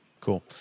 Cool